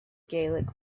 gaelic